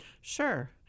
Sure